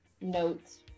notes